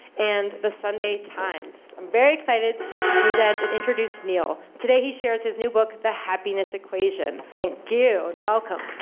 and the sunday times. i'm very excited to present and introduce neil. today he shares his new book, the happiness equation. thank you and welcome.